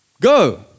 Go